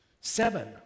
Seven